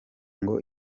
ngo